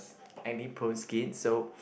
acne prone skin so